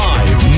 Live